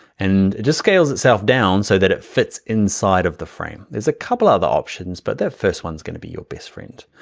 and it just scales itself down so that it fits inside of the frame. there's a couple of other options, but the first one's gonna be your best friend,